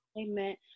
Amen